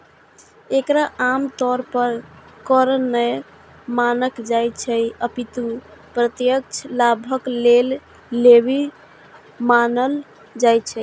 एकरा आम तौर पर कर नै मानल जाइ छै, अपितु प्रत्यक्ष लाभक लेल लेवी मानल जाइ छै